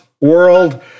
world